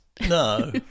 No